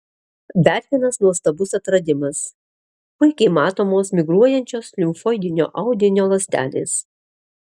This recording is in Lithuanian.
dar vienas nuostabus atradimas puikiai matomos migruojančios limfoidinio audinio ląstelės